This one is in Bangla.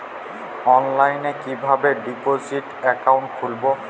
অনলাইনে কিভাবে ডিপোজিট অ্যাকাউন্ট খুলবো?